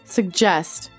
Suggest